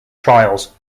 trials